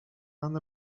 and